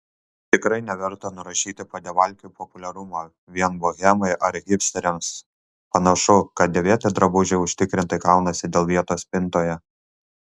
tikrai neverta nurašyti padevalkių populiarumo vien bohemai ar hipsteriams panašu kad dėvėti drabužiai užtikrintai kaunasi dėl vietos spintoje